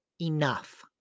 enough